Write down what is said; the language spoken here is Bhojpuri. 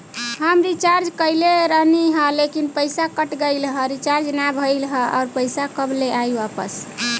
हम रीचार्ज कईले रहनी ह लेकिन पईसा कट गएल ह रीचार्ज ना भइल ह और पईसा कब ले आईवापस?